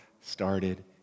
started